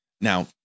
now